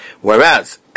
Whereas